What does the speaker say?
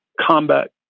combat